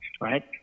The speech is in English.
right